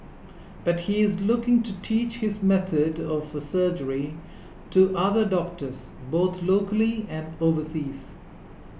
but he is looking to teach this method of surgery to other doctors both locally and overseas